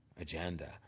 agenda